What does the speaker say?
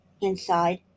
inside